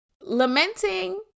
lamenting